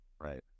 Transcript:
Right